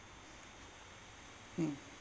mm